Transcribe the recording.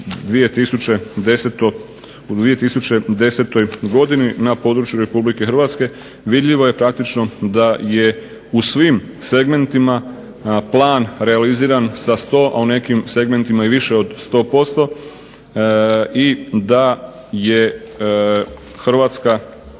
u 2010. godini na području Republike Hrvatske, vidljivo je praktično da je u svim segmentima plan realiziran sa 100, a u nekim segmentima i više od 100%, i da je Hrvatska